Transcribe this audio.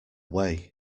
way